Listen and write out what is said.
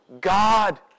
God